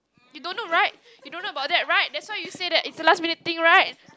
you don't know right you don't know about that right that's why you say that it's a last minute thing right